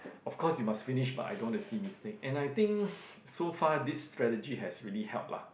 of course you must finish but I don't want to see mistake and I think so far this strategy has really help lah